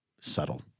subtle